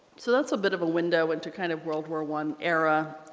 so that's a bit of a window into kind of world war one era